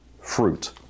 fruit